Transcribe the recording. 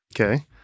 Okay